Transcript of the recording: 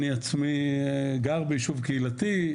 אני עצמי גר ביישוב קהילתי,